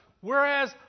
whereas